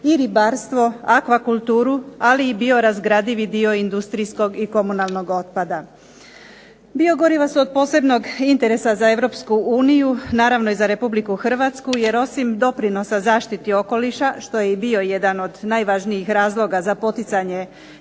i ribarstvo, akvakulturu ali i bioragradivi dio industrijskog i komunalnog otpada. Biogoriva su od posebnog interesa za Europsku uniju, naravno i za Republiku Hrvatsku, jer osim doprinosa zaštiti okoliša, što je i bio jedan od najvažnijih razloga za poticanje